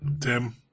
Tim